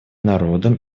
народом